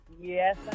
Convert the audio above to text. Yes